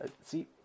see